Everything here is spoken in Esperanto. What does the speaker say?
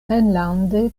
enlande